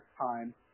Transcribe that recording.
time